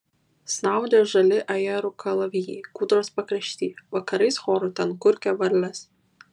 snaudė žali ajerų kalavijai kūdros pakrašty vakarais choru ten kurkė varlės